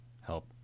help